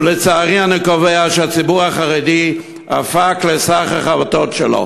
ולצערי אני קובע שהציבור החרדי הפך לשק החבטות שלו.